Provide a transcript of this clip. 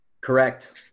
correct